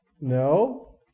no